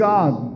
God